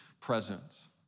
presence